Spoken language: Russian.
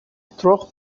трех